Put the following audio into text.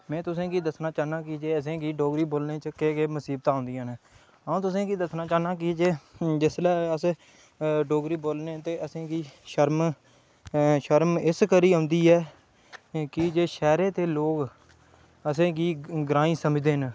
में तुसें गी दस्सना चाह्न्नां कि जे असें गी डोगरी बोलने च केह् केह् मुसीबतां औंदियां ने अ'ऊं तुसें गी दस्सना चाह्न्नां कि जिसलै अस डोगरी बोलने ते असें गी शर्म शर्म इस करी औंदी ऐ की जे शैह्रें दे लोक असें गी ग्राईं समझदे न